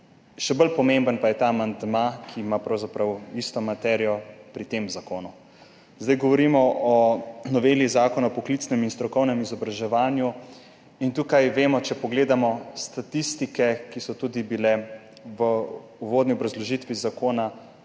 Še bolj pomemben pa je ta amandma, ki ima pravzaprav isto materijo pri tem zakonu. Zdaj govorimo o noveli Zakona o poklicnem in strokovnem izobraževanju. Tukaj vemo, če pogledamo statistike, ki so tudi bile v uvodni obrazložitvi zakona